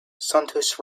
santos